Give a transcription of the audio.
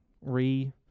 re